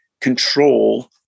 control